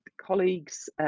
colleagues